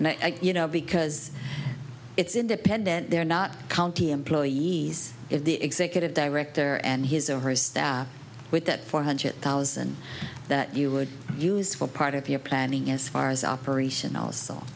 and i you know because it's independent they're not county employees if the executive director and his or her staff with that four hundred thousand that you would use for part of your planning as far as operational so